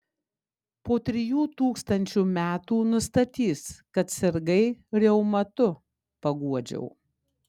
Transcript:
po trijų tūkstančių metų nustatys kad sirgai reumatu paguodžiau